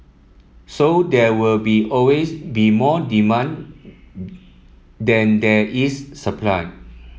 so there will be always be more demand that there is supply